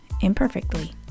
imperfectly